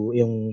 yung